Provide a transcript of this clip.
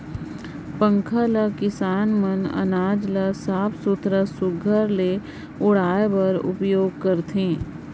पंखा ल किसान मन अनाज ल साफ सुथरा सुग्घर ले उड़वाए बर उपियोग करथे